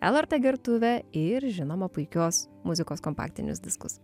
lrt gertuvę ir žinoma puikios muzikos kompaktinius diskus